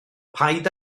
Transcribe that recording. paid